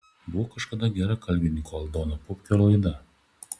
buvo kažkada gera kalbininko aldono pupkio laida